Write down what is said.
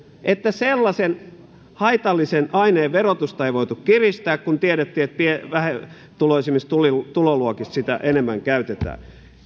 että sellaisen haitallisen aineen verotusta ei voitu kiristää kun tiedettiin että vähätuloisimmissa tuloluokissa sitä enemmän käytetään